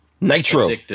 Nitro